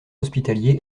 hospitalier